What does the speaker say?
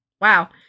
wow